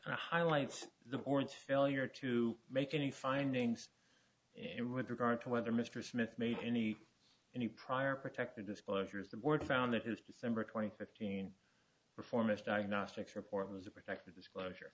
highlights the board's failure to make any findings and with regard to whether mr smith made any any prior protective disclosures the board found that his december twenty fifth seen performance diagnostics report was to protect the disclosure